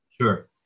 Sure